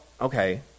okay